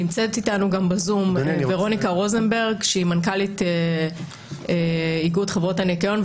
נמצאת איתנו גם בזום ורוניקה רוזנברג שהיא מנכ"לית איגוד חברות הניקיון,